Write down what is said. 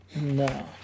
no